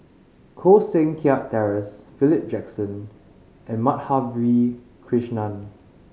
Koh Seng Kiat Terence Philip Jackson and Madhavi Krishnan